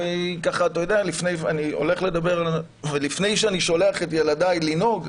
לפני שאני שולח את ילדיי לנהוג,